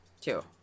Two